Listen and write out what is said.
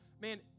man